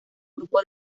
grupo